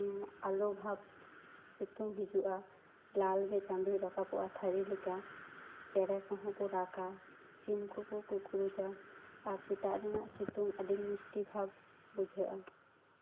ᱟᱞᱚ ᱵᱷᱟᱵᱽ ᱥᱤᱛᱩᱝ ᱦᱤᱡᱩᱜᱼᱟ ᱞᱟᱞ ᱜᱮ ᱪᱟᱸᱫᱚᱭ ᱨᱟᱠᱟᱵᱚᱜᱼᱟ ᱛᱷᱟᱹᱨᱤ ᱞᱮᱠᱟ ᱪᱮᱬᱮ ᱠᱚᱦᱚᱸ ᱠᱚ ᱨᱟᱜᱼᱟ ᱥᱤᱢ ᱠᱚᱠᱚ ᱠᱩᱠᱲᱩᱭᱟ ᱟᱨ ᱥᱮᱛᱟᱜ ᱨᱮᱱᱟᱜ ᱥᱤᱛᱩᱝ ᱟᱹᱰᱤ ᱢᱤᱥᱴᱤ ᱵᱷᱟᱵᱽ ᱵᱩᱡᱷᱟᱹᱜᱼᱟ